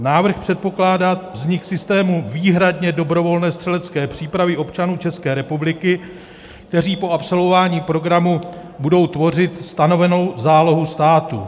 Návrh předpokládá vznik systému výhradně dobrovolné střelecké přípravy občanů ČR, kteří po absolvování programu budou tvořit stanovenou zálohu státu.